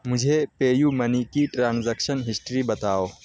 مجھے Pay U Money کی transaction history بتاؤ